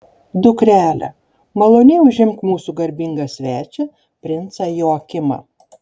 dukrele maloniai užimk mūsų garbingą svečią princą joakimą